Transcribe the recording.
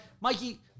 Mikey